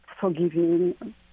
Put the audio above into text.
forgiving